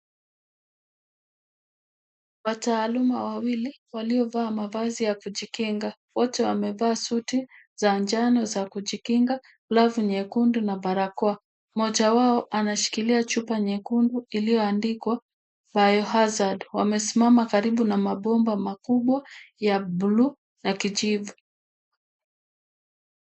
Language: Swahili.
Waataluma wawili waliovaa mavazi ya kujikinga wote wamevaa suti za njano za kujikinga, na glavu nyekundu na barakoa, mmoja wao anashikilia chupa nyekundu iliyoandikwa ' 'Bio Hazrd'' , wanasimama karibu na mabomba makubwa ya buluu na kijivu.